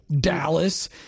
Dallas